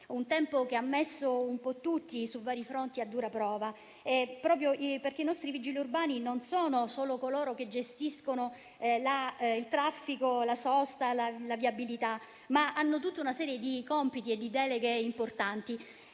pandemia, che ha messo un po' tutti su vari fronti a dura prova, proprio perché i nostri vigili urbani non sono solo coloro che gestiscono il traffico, la sosta e la viabilità, ma hanno tutta una serie di compiti e di deleghe importanti.